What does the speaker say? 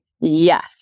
Yes